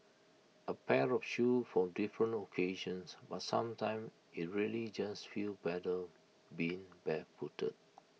A pair of shoes for different occasions but sometimes IT really just feels better being barefooted